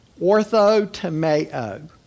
Orthotomeo